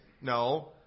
no